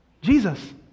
Jesus